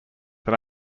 than